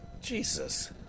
Jesus